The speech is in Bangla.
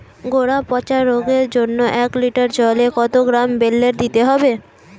গোড়া পচা রোগের জন্য এক লিটার জলে কত গ্রাম বেল্লের দিতে হবে?